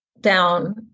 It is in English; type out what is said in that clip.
down